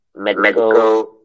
Medical